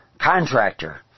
contractor